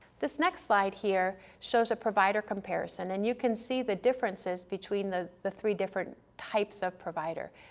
this next slide here shows a provider comparison, and you can see the differences between the the three different types of provider.